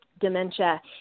dementia